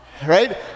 right